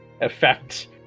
effect